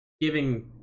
giving